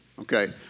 Okay